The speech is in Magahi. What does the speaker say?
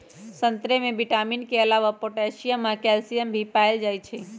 संतरे में विटामिन के अलावे पोटासियम आ कैल्सियम भी पाएल जाई छई